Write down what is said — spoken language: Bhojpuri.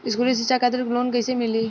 स्कूली शिक्षा खातिर लोन कैसे मिली?